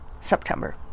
September